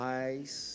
eyes